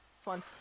Fun